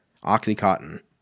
oxycontin